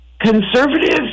conservatives